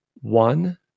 One